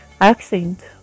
accent